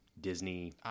Disney